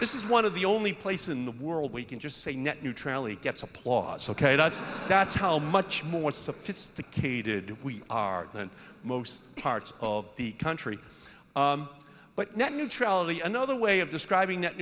this is one of the only place in the world we can just say net neutrality gets applause ok that's that's how much more sophisticated we are than most parts of the country but net neutrality another way of describing